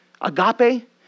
Agape